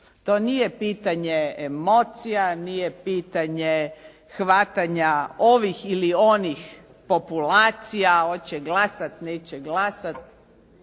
To nije pitanje emocija, nije pitanje hvatanja ovih ili onih populacija hoće glasat, neće glasat.